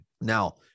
Now